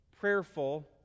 prayerful